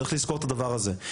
צריך לזכור את הדבר הזה,